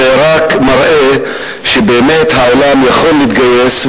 זה רק מראה שהעולם יכול להתגייס,